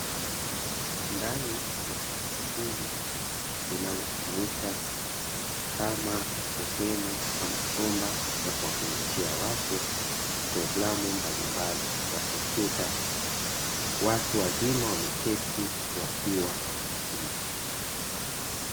Ndani ya darasa hili linalotumika kama sehemu ama chumba cha kuwafundishia watu programu mbalimbali za komyuta; watu wazima wameketi wakiwa wanajifunza.